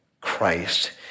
Christ